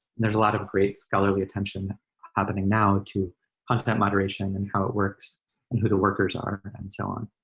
there's a lot of great scholarly attention happening now to content moderation and how it works and who the workers are and so on.